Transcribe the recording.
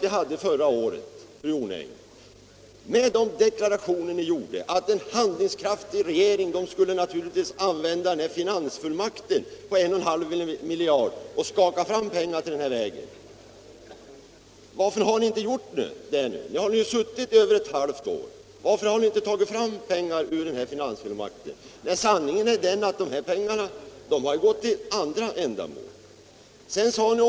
I förra årets debatt deklarerade ni att en handlingskraftig regering naturligtvis skulle använda finansfullmakten på 1,5 miljarder för att skaka fram pengar till vägen. Varför har ni inte gjort det nu då, när ni suttit i regeringen i nära ett halvt år? Nej, sanningen är att de pengarna gått till andra ändamål.